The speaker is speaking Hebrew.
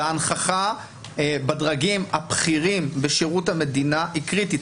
והנכחה בדרגים הבכירים בשירות המדינה היא קריטית.